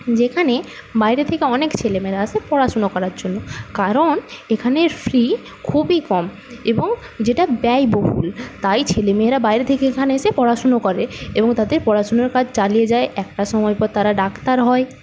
যেখানে বাইরে থেকে অনেক ছেলেমেয়েরা আসে পড়াশুনো করার জন্য কারণ এখানে ফি খুবই কম এবং যেটা ব্যয়বহুল তাই ছেলেমেয়েরা বাইরে থেকে এখানে এসে পড়াশুনো করে এবং তাদের পড়াশুনোর কাজ চালিয়ে যায় একটা সময়ের পর তারা ডাক্তার হয়